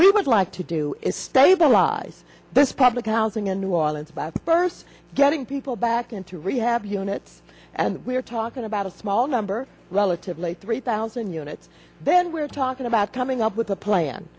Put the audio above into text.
we would like to do is stabilize this public housing in new orleans by first getting people back into rehab units and we're talking about a small number relatively three thousand units then we're talking about coming up with a plan